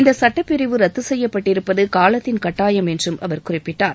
இந்த சட்டப்பிரிவு ரத்து செய்யப்பட்டிருப்பது காலத்தின் கட்டாயம் என்றும் அவர் குறிப்பிட்டார்